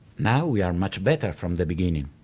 now we are much better from the beginning,